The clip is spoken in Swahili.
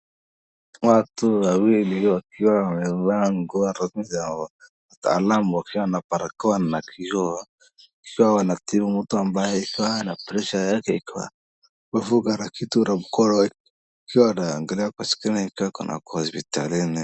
Watu wawili wakiwa wamevaa nguo za lab wakiwa na barakoa na kisha wanatibu mtu ambaye akiwa na pressure yake ikiwa wamefunga kitu na mkono akiwa anaangalia kwa skrini ni kaa akiwa hospitalini.